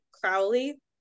crowley